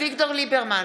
אביגדור ליברמן,